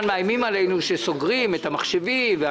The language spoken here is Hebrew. מאיימים עלינו שסוגרים את המחשבים,